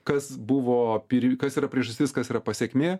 kas buvo pir kas yra priežastis kas yra pasekmė